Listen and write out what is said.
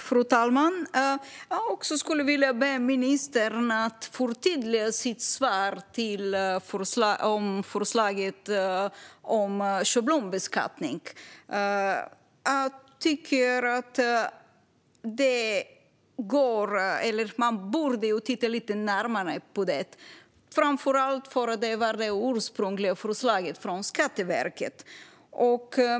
Fru talman! Jag skulle vilja be ministern att förtydliga sitt svar om förslaget om schablonbeskattning. Detta borde man titta lite närmare på, tycker jag, framför allt därför att det var det ursprungliga förslaget från Skatteverket.